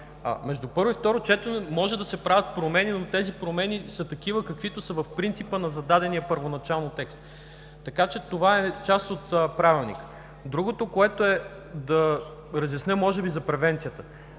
между първо и второ четене могат да се правят промени, но тези промени са такива, каквито са в принципа на зададения първоначално текст. Това е част от Правилника. Другото – да разясня може би за превенцията.